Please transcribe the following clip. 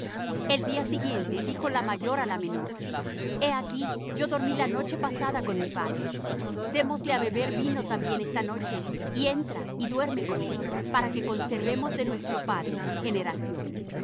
el día siguiente dijo la mayor á la menor he aquí yo dormí la noche pasada con mi padre démosle á beber vino también esta noche y entra y duerme con él para que conservemos de nuestro padre generación